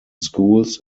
schools